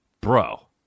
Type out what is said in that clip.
bro